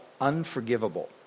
unforgivable